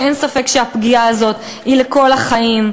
כשאין ספק שהפגיעה הזאת בהם היא לכל החיים.